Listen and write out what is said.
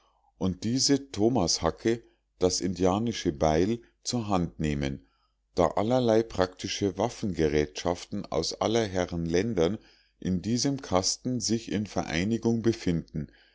und diese tomashacke das indianische beil zur hand nehmen da allerlei praktische waffengerätschaften aus aller herren ländern in diesem kasten sich in vereinigung befinden